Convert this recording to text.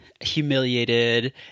humiliated